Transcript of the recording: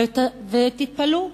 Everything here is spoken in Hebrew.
ותתפלאו,